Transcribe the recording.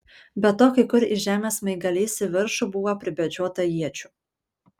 be to kai kur į žemę smaigaliais į viršų buvo pribedžiota iečių